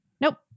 Nope